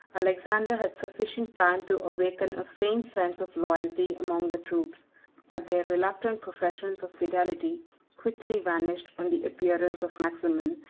alexander had sufficient time to awaken a faint sense of loyalty among the troops but their reluctant professions of fidelity quickly vanished on the appearance of maximin,